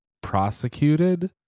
prosecuted